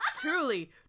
Truly